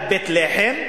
ליד בית-לחם.